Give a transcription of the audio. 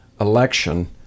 election